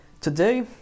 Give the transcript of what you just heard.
today